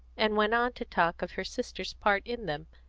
and went on to talk of her sister's part in them.